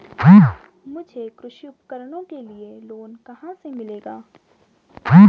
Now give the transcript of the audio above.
मुझे कृषि उपकरणों के लिए लोन कहाँ से मिलेगा?